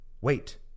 wait